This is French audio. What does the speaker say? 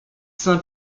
saint